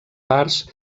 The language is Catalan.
parts